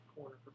corner